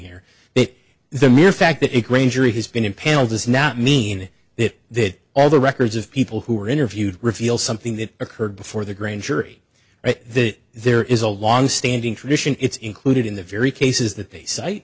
here it is the mere fact that it granger has been impaneled does not mean that they had all the records of people who were interviewed reveal something that occurred before the grand jury that there is a long standing tradition it's included in the very cases that they cite